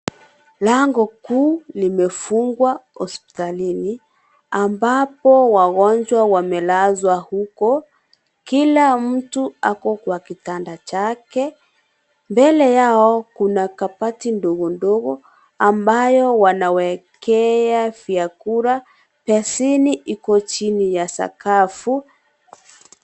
Lango kuu limefungwa hospitalini ambapo wagonjwa wamelazwa huko. Kila mtu ako kwa kitanda chake. Mbele yao kuna kabati ndogo ndogo ambayo wanaekewa vyakula. Beseni iko chini ya sakafu.